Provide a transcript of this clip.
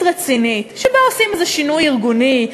רצינית שבה עושים איזה שינוי ארגוני,